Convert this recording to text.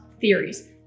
theories